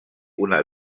una